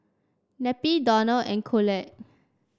Neppie Donal and Coolidge